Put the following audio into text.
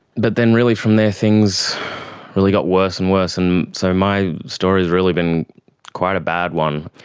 but then really from there things really got worse and worse. and so my story has really been quite a bad one.